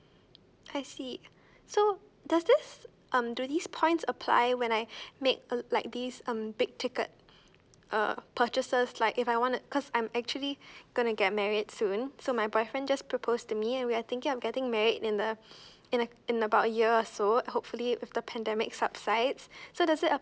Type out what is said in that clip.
I see so does this um do these points apply when I make a like this um the big ticket uh purchases like if I wanna cause I'm actually gonna get married soon so my boyfriend just proposed to me and we are thinking of getting married in the in the in about a year or so hopefully with the pandemic sub sides so does it ap~